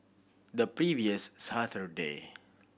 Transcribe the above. the previous Saturday